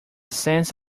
sense